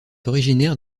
originaire